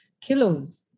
kilos